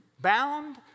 bound